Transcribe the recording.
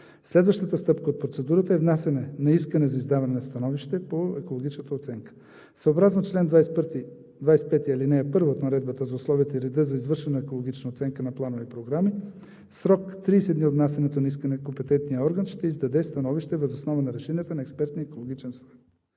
Следващата стъпка от процедурата е внасяне на искане за издаване на становище по екологичната оценка. Съобразно чл. 25, ал. 1 от Наредбата за условията и реда за извършване на екологична оценка на планове и програми в срок 30 дни от внасянето на искане компетентният орган ще издаде становище въз основа на решенията на Експертния екологичен съвет.